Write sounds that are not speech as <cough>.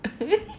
<laughs>